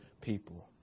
people